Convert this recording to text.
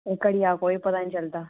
घड़िया दा कोई पता नेईं चलदा